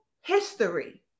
history